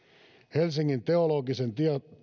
helsingin teologisen